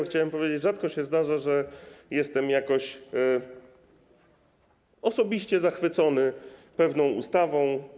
Chciałem powiedzieć: rzadko się zdarza, że jestem jakoś osobiście zachwycony pewną ustawą.